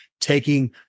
taking